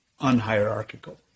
unhierarchical